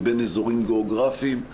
ובין אזורים גיאוגרפים.